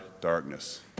darkness